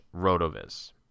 RotoViz